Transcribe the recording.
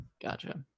Gotcha